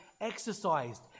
exercised